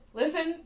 listen